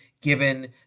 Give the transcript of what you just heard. given